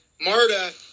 marta